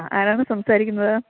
ആരാണ് സംസാരിക്കുന്നത്